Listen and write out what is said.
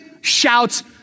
shouts